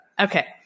Okay